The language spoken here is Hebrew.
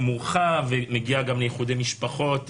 מורחב ומגיע גם לאיחודי משפחות,